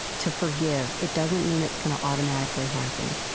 to forgive, it doesn't mean it's going to automatically happen.